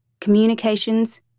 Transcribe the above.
communications